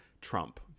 Trump